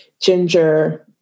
ginger